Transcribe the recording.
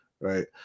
Right